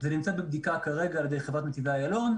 זה נמצא בבדיקה כרגע על-ידי חברת נתיבי אילון.